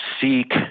seek